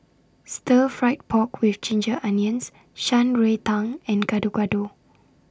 Stir Fried Pork with Ginger Onions Shan Rui Tang and Gado Gado